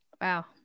Wow